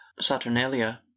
saturnalia